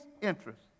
interests